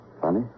Funny